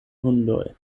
hundoj